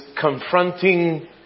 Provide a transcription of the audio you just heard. confronting